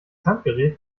handgerät